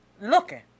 looking